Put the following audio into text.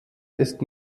ist